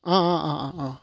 অ' অ' অ' অ' অ'